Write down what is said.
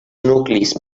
nuclis